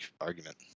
argument